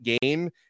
game